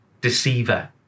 deceiver